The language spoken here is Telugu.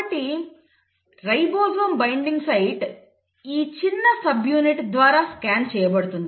కాబట్టి రైబోజోమ్ బైండింగ్ సైట్ ఈ చిన్న సబ్యూనిట్ ద్వారా స్కాన్ చేయబడుతుంది